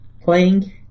playing